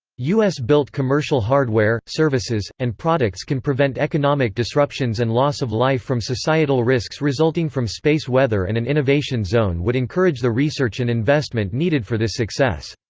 u s. built commercial hardware, services, and products can prevent economic disruptions and loss-of-life from societal risks resulting from space weather and an innovation zone would encourage the research and investment needed for this success.